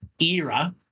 era